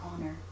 honor